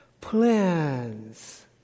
plans